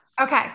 Okay